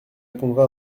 répondra